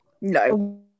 No